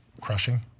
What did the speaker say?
Crushing